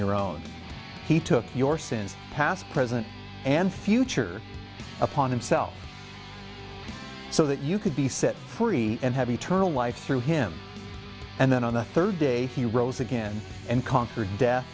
your own he took your sins past present and future upon himself so that you could be set free and have eternal life through him and then on the third day he rose again and conquered death